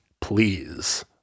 please